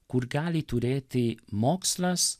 kur gali turėti mokslas